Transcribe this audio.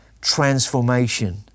transformation